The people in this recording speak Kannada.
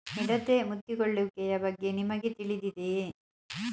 ಮಿಡತೆ ಮುತ್ತಿಕೊಳ್ಳುವಿಕೆಯ ಬಗ್ಗೆ ನಿಮಗೆ ತಿಳಿದಿದೆಯೇ?